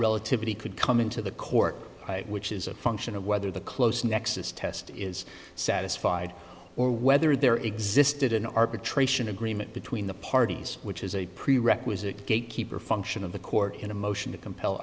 relativity could come into the court which is a function of whether the close nexus test is satisfied or whether there existed an arbitration agreement between the parties which is a prerequisite gate keeper function of the court in a motion to compel